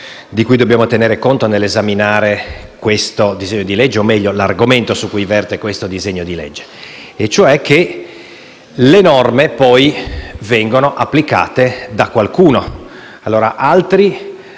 di cui dobbiamo tener conto nell'esaminare questo disegno di legge o, meglio, l'argomento su cui verte questo disegno di legge: le norme, poi, vengono applicate da qualcuno.